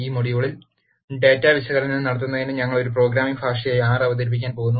ഈ മൊഡ്യൂളിൽ ഡാറ്റാ വിശകലനം നടത്തുന്നതിന് ഞങ്ങൾ ഒരു പ്രോഗ്രാമിംഗ് ഭാഷയായി R അവതരിപ്പിക്കാൻ പോകുന്നു